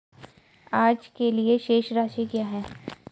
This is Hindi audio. आज के लिए शेष राशि क्या है?